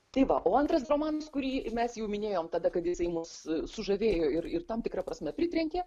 tai va o antras romanas kurį mes jau minėjom tada kad jisai mus sužavėjo ir ir tam tikra prasme pritrenkė